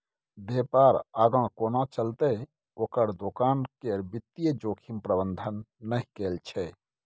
बेपार आगाँ कोना चलतै ओकर दोकान केर वित्तीय जोखिम प्रबंधने नहि कएल छै